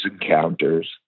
encounters